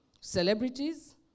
celebrities